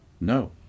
no